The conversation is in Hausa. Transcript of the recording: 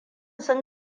sun